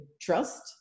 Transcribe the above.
trust